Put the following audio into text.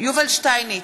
יובל שטייניץ,